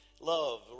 love